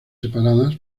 separadas